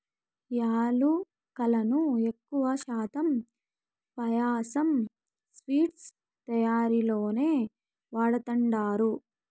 యాలుకలను ఎక్కువ శాతం పాయసం, స్వీట్స్ తయారీలోనే వాడతండారు